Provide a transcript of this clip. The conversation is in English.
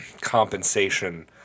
compensation